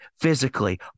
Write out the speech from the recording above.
physically